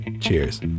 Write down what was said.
Cheers